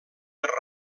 per